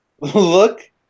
Look